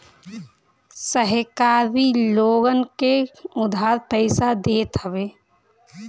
सहकारी लोगन के उधार पईसा देत हवे